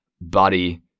body